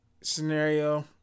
scenario